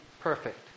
perfect